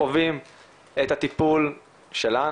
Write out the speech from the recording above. חווים את הטיפול שלנו,